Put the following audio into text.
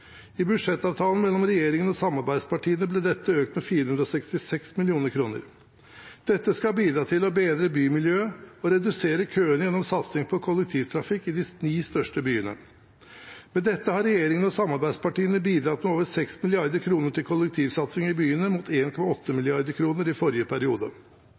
I budsjettavtalen mellom regjeringen og samarbeidspartiene ble dette økt med 466 mill. kr. Dette skal bidra til å bedre bymiljøet og redusere køene, gjennom satsing på kollektivtrafikk i de ni største byene. Med dette har regjeringen og samarbeidspartiene bidratt med over 6 mrd. kr til kollektivsatsing i byene, mot 1,8 mrd. kr i forrige periode.